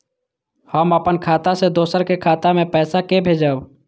हम अपन खाता से दोसर के खाता मे पैसा के भेजब?